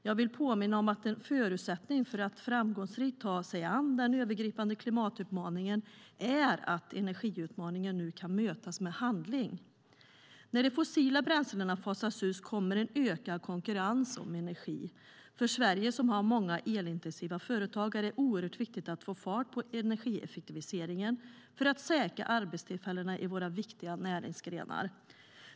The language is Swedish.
Jag vill påminna om att en förutsättning för att framgångsrikt ta sig an den övergripande klimatutmaningen är att energiutmaningen nu kan mötas med handling. När de fossila bränslena fasas ut kommer en ökad konkurrens om energi. För Sverige, som har många elintensiva företag, är det oerhört viktigt att få fart på energieffektiviseringen för att säkra arbetstillfällena i våra viktiga näringsgrenar.